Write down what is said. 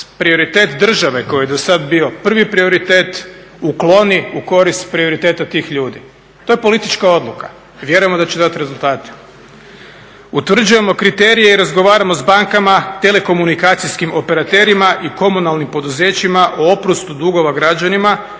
prioritet države koji je do sada bio prvi prioritet ukloni u korist prioriteta tih ljudi. To je politička odluka. Vjerujemo da će dati rezultate. Utvrđujemo kriterije i razgovaramo s bankama, telekomunikacijskim operaterima i komunalnim poduzećima o oprostu dugova građanima